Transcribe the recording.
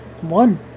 One